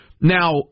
Now